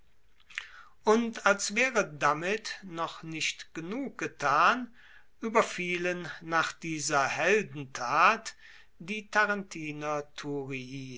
und als waere damit noch nicht genug getan ueberfielen nach dieser heldentat die tarentiner thurii